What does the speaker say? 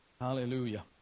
Hallelujah